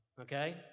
okay